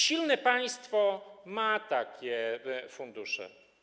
Silne państwo ma takie fundusze.